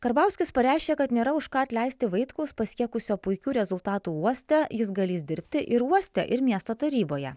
karbauskis pareiškė kad nėra už ką atleisti vaitkaus pasiekusio puikių rezultatų uoste jis galįs dirbti ir uoste ir miesto taryboje